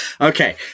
Okay